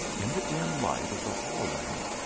in the dim light of the hall lamp,